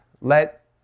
let